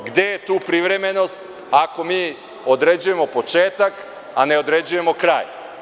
Gde je tu privremenost, ako mi određujemo početak, a ne određujemo kraj.